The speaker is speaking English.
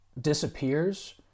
disappears